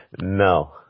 No